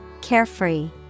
carefree